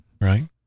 right